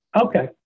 Okay